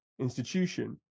institution